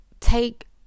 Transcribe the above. take